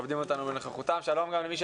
בזום.